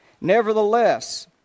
Nevertheless